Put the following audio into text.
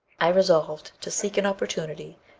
i resolved to seek an opportunity,